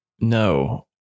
No